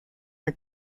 her